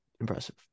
impressive